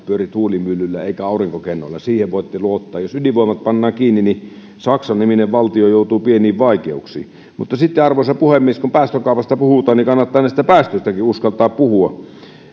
pyöri tuulimyllyillä eivätkä aurinkokennoilla siihen voitte luottaa jos ydinvoimat pannaan kiinni niin saksa niminen valtio joutuu pieniin vaikeuksiin arvoisa puhemies kun päästökaupasta puhutaan niin kannattaa näistä päästöistäkin uskaltaa puhua